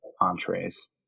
entrees